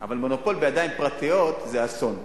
אבל מונופול בידיים פרטיות זה אסון.